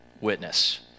witness